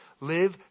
live